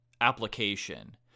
application